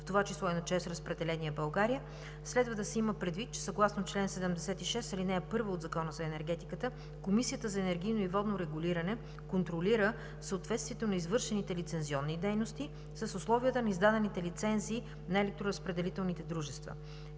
в това число и на „ЧЕЗ Разпределение България“, следва да се има предвид, че съгласно чл. 76, ал. 1 от Закона за енергетиката Комисията за енергийно и водно регулиране контролира съответствието на извършените лицензионни дейности с условията на издадените лицензии на електроразпределителните дружества.